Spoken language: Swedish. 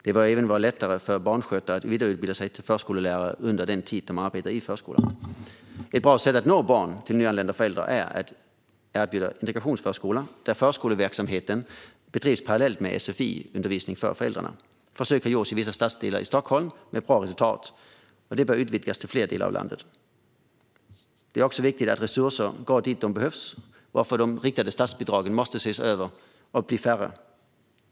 Det bör även vara lättare för barnskötare att vidareutbilda sig till förskollärare under den tid de arbetar i förskolan. Ett bra sätt att nå barn till nyanlända föräldrar är att erbjuda integrationsförskola, där förskoleverksamheten bedrivs parallellt med sfi-undervisning för föräldrarna. Försök har gjorts i vissa stadsdelar i Stockholm, med bra resultat. Detta bör utvidgas till fler delar av landet. Det är också viktigt att resurser går dit där de behövs, varför de riktade statsbidragen måste ses över och bli färre.